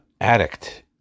addict